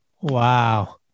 Wow